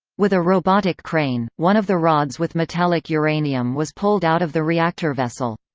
with a robotic crane, one of the rods with metallic uranium was pulled out of the reactor vessel.